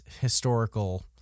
historical